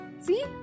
See